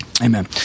Amen